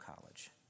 college